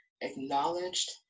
acknowledged